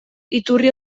iturri